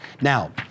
Now